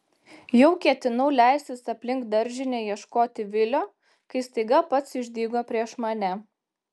jau ketinau leistis aplink daržinę ieškoti vilio kai staiga pats išdygo prieš mane